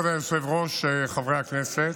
כבוד היושב-ראש, חברי הכנסת,